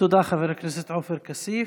תודה, חבר הכנסת עופר כסיף.